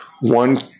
One